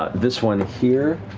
this one here,